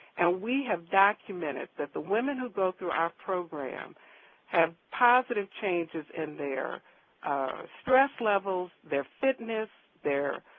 and we have documented that the women who go through our program have positive changes in their stress levels, their fitness, their